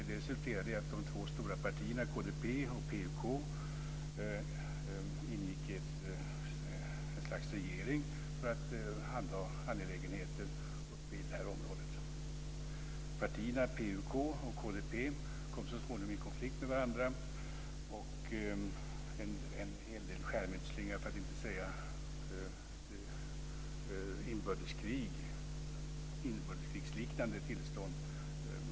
Det resulterade i att de två stora partierna, KDP och PUK, ingick ett slags regering för att handha angelägenheter i det här området. Partierna PUK och KDP kom så småningom i konflikt med varandra, och en hel del skärmytslingar ägde rum, för att inte säga att det var ett inbördeskrigsliknande tillstånd.